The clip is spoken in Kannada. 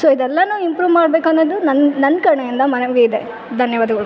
ಇದೆಲ್ಲನು ಇಂಪ್ರು ಮಾಡ್ಬೇಕು ಅನ್ನೋದು ನನ್ನ ನನ್ನ ಕಡೆಯಿಂದ ಮನವಿಯಿದೆ ಧನ್ಯವಾದಗಳು